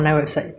so